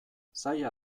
zaila